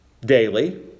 Daily